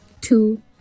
two